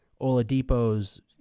Oladipo's